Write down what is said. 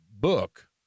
book